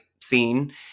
scene